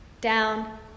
down